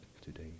today